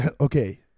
Okay